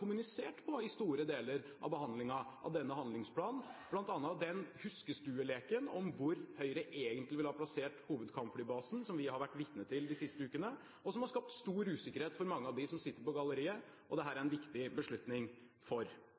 kommunisert på i store deler av behandlingen av denne handlingsplanen, bl.a. huskestueleken om hvor Høyre egentlig ville ha plassert hovedkampflybasen, som vi har vært vitne til de siste ukene, og som har skapt stor usikkerhet for mange av dem som sitter på galleriet, og som dette er en viktig beslutning for.